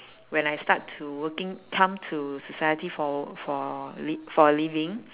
when I start to working come to society for for li~ for living